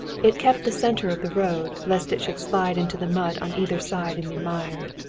it kept the center of the road, lest it should slide into the mud on either side and be mired.